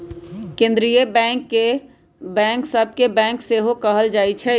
केंद्रीय बैंक के बैंक सभ के बैंक सेहो कहल जाइ छइ